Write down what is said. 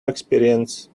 experience